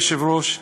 אדוני היושב-ראש,